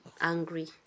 angry